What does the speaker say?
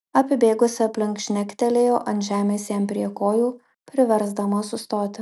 apibėgusi aplink žnektelėjo ant žemės jam prie kojų priversdama sustoti